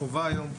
היום,